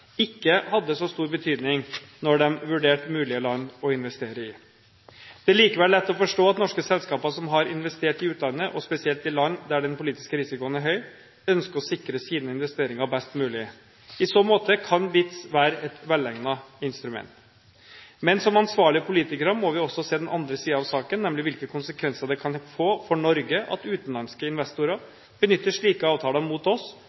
ikke hadde så stor betydning når de vurderte mulige land å investere i. Det er likevel lett å forstå at norske selskaper som har investert i utlandet, og spesielt i land der den politiske risikoen er høy, ønsker å sikre sine investeringer best mulig. I så måte kan BITs være et velegnet instrument. Men som ansvarlige politikere må vi også se den andre siden av saken, nemlig hvilke konsekvenser det kan få for Norge at utenlandske investorer benytter slike avtaler mot oss,